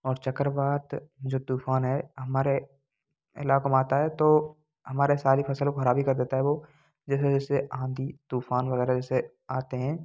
और चक्रवात जो तूफान है हमारे इलाकों में आता है तो हमारा सारा फसल को खराब ही कर देता है वो जैसे जैसे आंधी तूफान वगैरह जैसे आते हैं